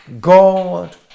God